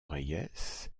reyes